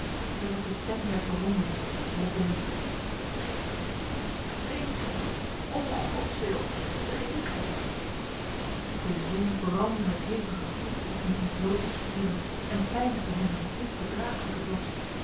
het was de stem der gewonden roepende drinken drinken om godswil drinken de zon brandde met hevige gloed op hun ontblote spieren en pijnigde hen met een onverdragelijke dorst